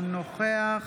אינו נוכח